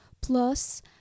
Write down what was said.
Plus